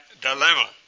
dilemma